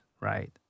right